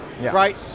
right